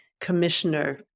Commissioner